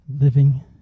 living